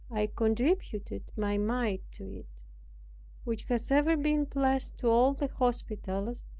i contributed my mite to it which has ever been blest to all the hospitals,